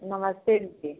नमस्ते दीदी